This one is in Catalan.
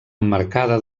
emmarcada